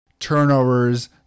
turnovers